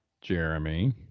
Jeremy